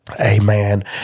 amen